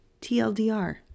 TLDR